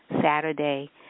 Saturday